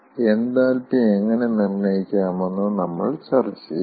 enthalpy എങ്ങനെ നിർണ്ണയിക്കാമെന്ന് നമ്മൾ ചർച്ച ചെയ്യും